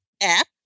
app